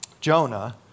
Jonah